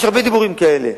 יש הרבה דיבורים כאלה,